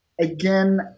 again